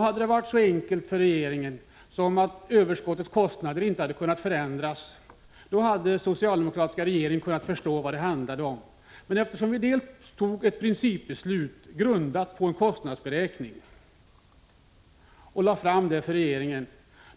Hade det varit så enkelt för regeringen att överskottets kostnader inte hade kunnat förändras, hade den socialdemokratiska regeringen kunnat förstå vad det handlade om. Vi fattade ett principbeslut, grundat på en kostnadsberäkning, och lade fram den för regeringen.